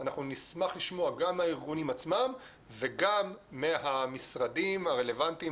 אנחנו נשמח לשמוע גם מהארגונים עצמם וגם מהמשרדים הרלוונטיים,